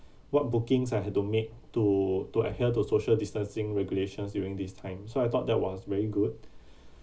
what bookings I have to make to to adhere to social distancing regulations during this time so I thought that was very good